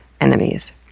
enemies